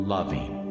loving